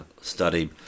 study